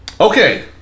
Okay